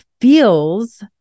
feels